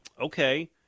okay